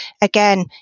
again